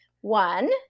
One